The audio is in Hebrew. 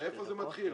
מאיפה זה מתחיל?